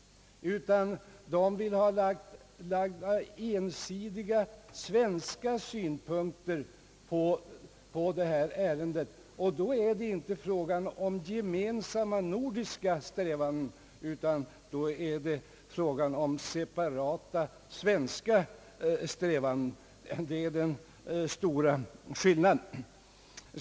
De vill i stället lägga ensidiga svenska synpunkter på detta ärende. Då är det inte fråga om gemensamma nordiska strävanden, utan om separata svenska strävanden. Det är den stora skillnaden.